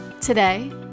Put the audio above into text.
Today